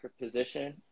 position